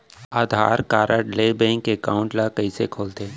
आधार card ले bank account ल कइसे खोलथे?